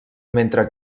mentre